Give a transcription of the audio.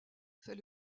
fait